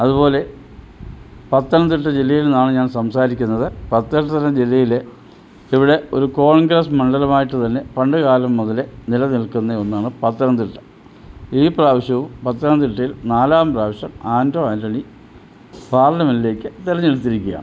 അതുപോലെ പത്തനംതിട്ട ജില്ലയിൽ നിന്നാണ് ഞാൻ സംസാരിക്കുന്നത് പത്തനംതിട്ട ജില്ലയിൽ ഇവിടെ ഒരു കോൺഗ്രസ് മണ്ഡലമായിട്ടു തന്നെ പണ്ടു കാലം മുതലെ നിലനിൽക്കുന്നെ ഒന്നാണ് പത്തനംതിട്ട ഈ പ്രാവശ്യവും പത്തനംതിട്ടയിൽ നാലാം പ്രാവശ്യം ആൻറ്റോ ആൻ്റണി പാർലമെൻറ്റിലേക്ക് തിരഞ്ഞെടുത്തിരിക്കയാണ്